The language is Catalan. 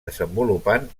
desenvolupant